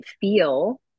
feel